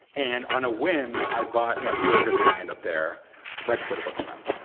and on a whim, i bought a few acres of land up there right before the book came out.